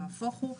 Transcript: נהפוך הוא,